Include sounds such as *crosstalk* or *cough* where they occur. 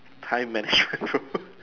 time management *laughs* bro